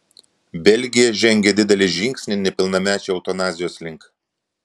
belgija žengė didelį žingsnį nepilnamečių eutanazijos link